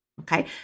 Okay